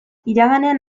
iraganean